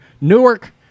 Newark